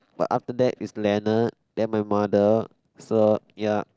but after that is Leonard then my mother so ya